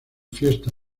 fiesta